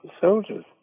soldiers